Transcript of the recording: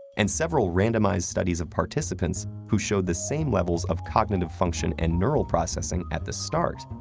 and several randomized studies of participants, who showed the same levels of cognitive function and neural processing at the start,